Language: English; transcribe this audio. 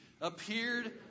Appeared